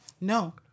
No